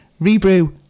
rebrew